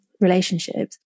relationships